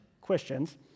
questions